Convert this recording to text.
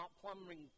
plumbing